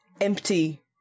empty